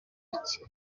iki